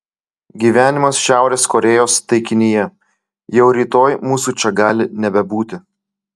gyvenimas šiaurės korėjos taikinyje jau rytoj mūsų čia gali nebebūti